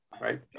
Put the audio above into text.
right